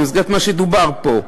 במסגרת מה שדובר פה.